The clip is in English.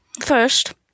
first